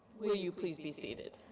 will you please be seated.